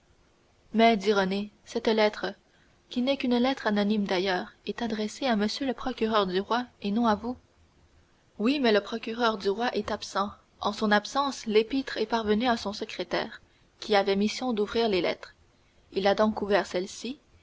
renée cette lettre qui n'est qu'une lettre anonyme d'ailleurs est adressée à m le procureur du roi et non à vous oui mais le procureur du roi est absent en son absence l'épître est parvenue à son secrétaire qui avait mission d'ouvrir les lettres il a donc ouvert celle